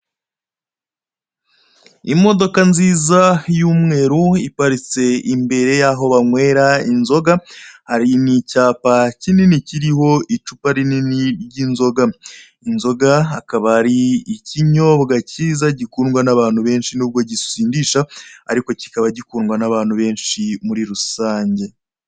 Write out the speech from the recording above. Imodoka nziza y'umweru iparitse imbere yaho bankwera inzoga hari n'icyapa kiriho icupa rinini ry'inzoga, inzoga akaba ari ikinyobwa kiza gikundwa n'abantu bensahi n'ubwo gisindisha ariko kikaba gikundwa n'abantu benshi muri rusange.